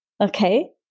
Okay